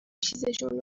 چیزشون